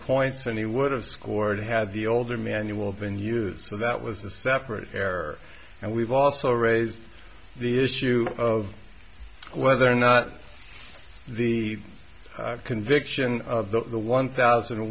points than he would have scored had the older manual been used so that was a separate error and we've also raised the issue of whether or not the conviction of the one thousand and